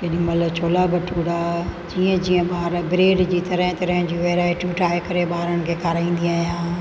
केॾीमहिल छोला भठूरा जीअं जीअं ॿार ब्रेड जी तरह तरह जी वेराइटियूं ठाहे करे ॿारनि खे खाराईंदी आहियां